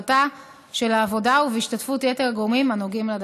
העבודה ובהשתתפות יתר הגורמים הנוגעים בדבר.